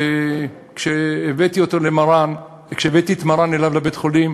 וכשהבאתי את מרן אליו לבית-החולים,